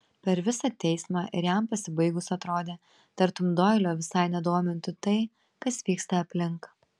per visą teismą ir jam pasibaigus atrodė tartum doilio visai nedomintų tai kas vyksta aplink